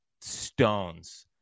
stones